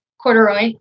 corduroy